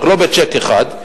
רק לא בצ'ק אחד,